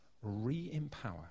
re-empower